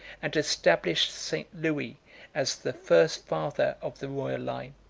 and established st. louis as the first father of the royal line.